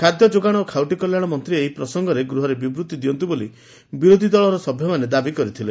ଖାଦ୍ୟ ଯୋଗାଣ ଓ ଖାଉଟି କଲ୍ୟାଶ ମନ୍ତୀ ଏହି ପ୍ରସଙ୍ଗରେ ଗୃହରେ ବିବୂତି ଦିଅନ୍ତୁ ବୋଲି ବିରୋଧୀ ଦଳର ବିଧାୟକମାନେ ଦାବି କରିଥିଲେ